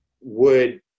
would-